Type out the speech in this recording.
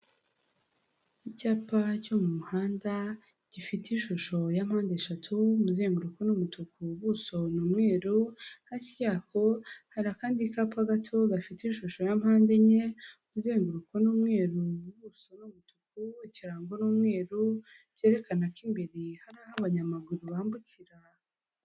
Icyapa cyo mu muhanda, gifite ishusho ya mpande eshatu umuzenguruko ni umutuku ubuso ni umweru, hasi yako hari akandi kapa gato gafite ishusho ya mpande enye, umuzenguruko ni umweru, ubuso ni umutuku, ikirango n'umweru, byerekana ko imbere hari aho abanyamaguru bambukira.